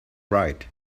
write